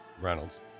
Reynolds